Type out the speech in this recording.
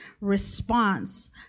response